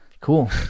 Cool